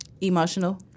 Emotional